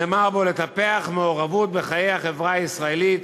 נאמר בו: לטפח מעורבות בחיי החברה הישראלית,